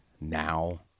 now